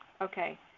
Okay